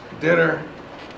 dinner